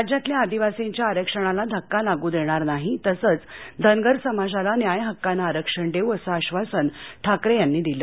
राज्यातल्या आदिवासींच्या आरक्षणला धक्का लागू देणार नाही तसच धनगर समाजाला न्याय हक्काने आरक्षण देवू असं आश्वासन ठाकरे यांनी दिलं